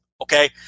Okay